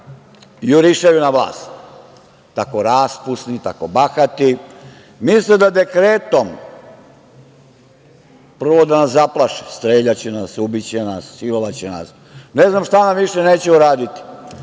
jurišaju na vlast, tako raspusni, tako bahati. Misle da dekretom, prvo da nas zaplaše, streljaće nas, ubiće nas, silovaće nas, ne znam šta nam više neće uraditi.